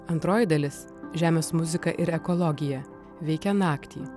antroji dalis žemės muzika ir ekologija veikia naktį